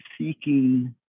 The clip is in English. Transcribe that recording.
seeking